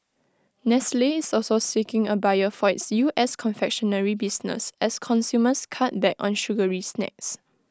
nestle is also seeking A buyer for its U S confectionery business as consumers cut back on sugary snacks